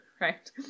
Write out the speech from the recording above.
right